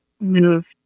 moved